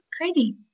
crazy